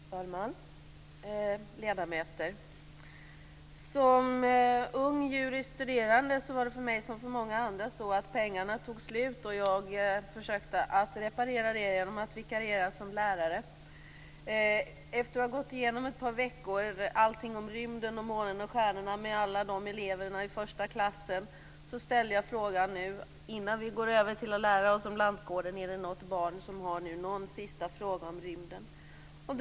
Fru talman! Ledamöter! Som ung juridikstuderande var det för mig liksom för många andra så att pengarna tog slut, och jag försökte reparera det genom att vikariera som lärare. Efter att under ett par veckor gått igenom allt om rymden, månen och stjärnorna med alla eleverna i första klassen ställde jag frågan: Innan vi går över till att lära oss om lantgården, är det något barn som har någon sista fråga om rymden nu?